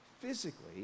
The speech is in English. physically